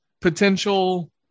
potential